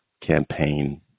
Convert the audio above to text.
campaign